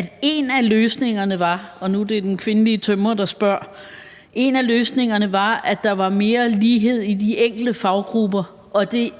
der spørger, var, at der var mere lighed i de enkelte faggrupper, og at det